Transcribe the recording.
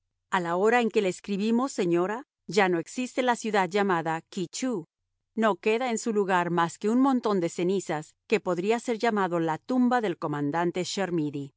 a la hora en que le escribimos señora ya no existe la ciudad llamada ky tcheou no queda en su lugar más que un montón de cenizas que podría ser llamado la tumba del comandante